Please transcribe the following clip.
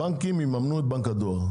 הבנקים יממנו את בנק הדואר.